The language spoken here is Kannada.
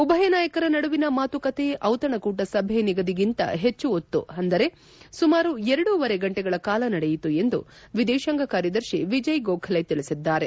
ಉಭಯ ನಾಯಕರ ನಡುವಿನ ಮಾತುಕತೆ ಔತಣಕೂಟ ಸಭೆ ನಿಗದಿಗಿಂತ ಹೆಚ್ಚು ಹೊತ್ತು ಅಂದರೆ ಸುಮಾರು ಎರಡೂವರೆ ಗಂಟೆಗಳ ಕಾಲ ನಡೆಯಿತು ಎಂದು ವಿದೇಶಾಂಗ ಕಾರ್ತದರ್ತಿ ವಿಜಯ್ ಗೋಖಲೆ ತಿಳಿಸಿದ್ದಾರೆ